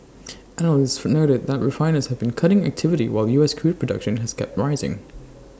analysts for noted that refiners have been cutting activity while U S crude production has kept rising